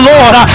Lord